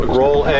roll